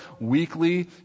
weekly